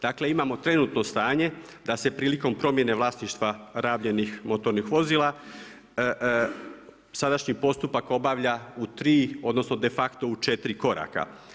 Dakle imamo trenutno stanje da se prilikom promjene vlasništva rabljenih motornih vozila sadašnji postupak obavlja u tri odnosno de facto u četiri koraka.